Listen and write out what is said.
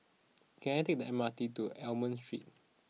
can I take the M R T to Almond Street